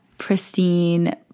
pristine